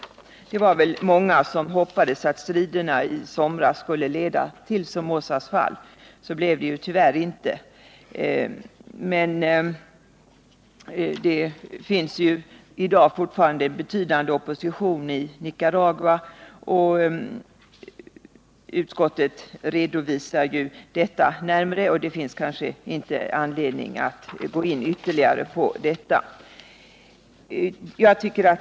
Det var väl många som hoppades att striderna i somras skulle leda till Somozas fall. Så blev det tyvärr inte, men fortfarande finns en betydande opposition i Nicaragua. Utskottet redovisar detta närmare, och det finns kanske inte anledning att gå in ytterligare på det.